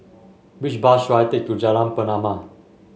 which bus should I take to Jalan Pernama